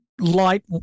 light